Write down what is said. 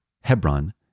Hebron